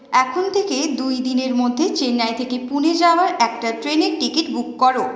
এখন থেকে দুই দিনের মধ্যে চেন্নাই থেকে পুণে যাওয়ার একটা ট্রেনের টিকিট বুক কর